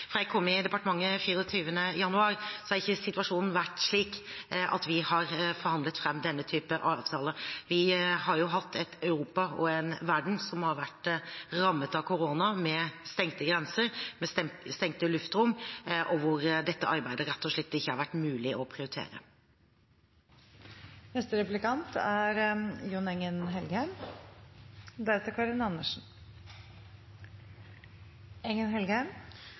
jeg kom inn i departementet 24. januar, har ikke situasjonen vært slik at vi har forhandlet fram denne typen avtaler. Vi har jo hatt et Europa og en verden som har vært rammet av korona, med stengte grenser og stengte luftrom, der dette arbeidet rett og slett ikke har vært mulig å